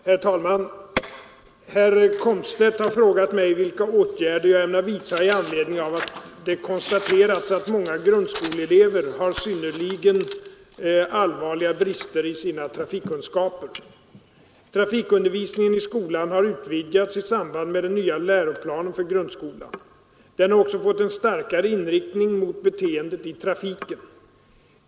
Herr talman! Herr Komstedt har frågat mig, vilka åtgärder jag ämnar vidtaga i anledning av att det konstaterats att många grundskoleelever har synnerligen allvarliga brister i sina trafikkunskaper. Trafikundervisningen i skolan har utvidgats i samband med den nya läroplanen för grundskolan. Den har också fått en starkare inriktning mot beteendet i trafiken.